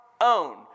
own